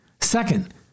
Second